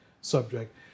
subject